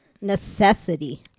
necessity